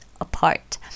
apart